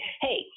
Hey